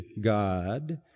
God